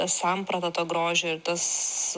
samprata grožio ir tas